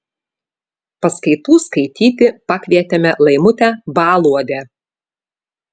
paskaitų skaityti pakvietėme laimutę baluodę